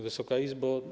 Wysoka Izbo!